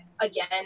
again